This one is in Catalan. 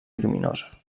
lluminosa